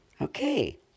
Okay